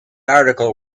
article